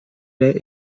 est